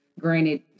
granted